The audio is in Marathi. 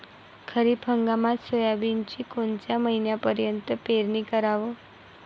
खरीप हंगामात सोयाबीनची कोनच्या महिन्यापर्यंत पेरनी कराव?